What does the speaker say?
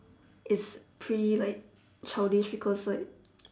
it's pretty like childish because like